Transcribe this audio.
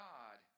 God